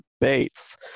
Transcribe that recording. debates